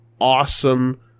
awesome